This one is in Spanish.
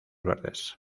verdes